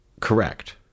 Correct